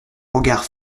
regard